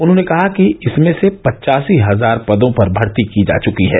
उन्होंने कहा कि इसमें से पच्चासी हजार पदों पर भर्ती की जा चुकी है